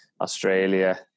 Australia